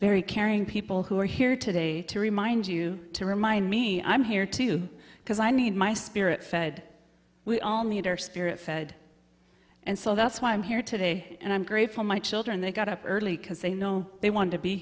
very caring people who are here today to remind you to remind me i'm here to you because i need my spirit fed we all need our spirit fed and so that's why i'm here today and i'm grateful my children they got up early because they know they want to be